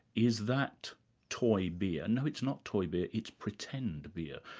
is that toy beer? no, it's not toy beer, it's pretend beer.